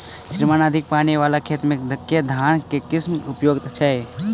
श्रीमान अधिक पानि वला खेत मे केँ धान केँ किसिम उपयुक्त छैय?